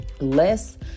less